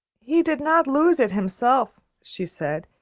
he did not lose it himself, she said.